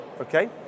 okay